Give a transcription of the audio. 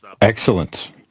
Excellent